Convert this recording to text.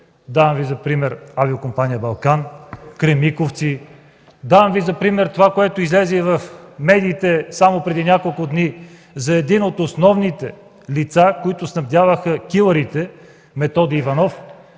Давам Ви за пример Авиокомпания „Балкан”, „Кремиковци”, давам Ви за пример това, което излезе в медиите само преди няколко дни за едно от основните лица, които снабдяваха Килърите – Методи Иванов.